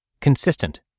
consistent